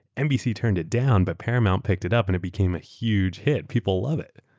nbc turned it down but paramount picked it up and it became a huge hit. people love it.